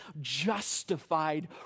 justified